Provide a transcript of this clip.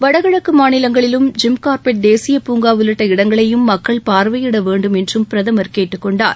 வடகிழக்கு மாநிலங்களிலும் ஜிம்கார்ப்பெட் தேசிய பூங்கா உள்ளிட்ட இடங்களை மக்கள் பார்வையிட வேண்டும் என்றும் பிரதமர் கேட்டுக்கொண்டார்